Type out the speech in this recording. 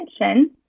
attention